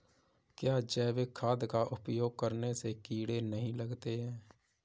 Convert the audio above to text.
क्या जैविक खाद का उपयोग करने से कीड़े नहीं लगते हैं?